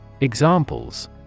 Examples